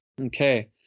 Okay